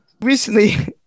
Recently